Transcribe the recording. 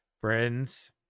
friends